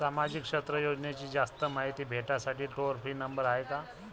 सामाजिक क्षेत्र योजनेची जास्त मायती भेटासाठी टोल फ्री नंबर हाय का?